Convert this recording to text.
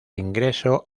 ingreso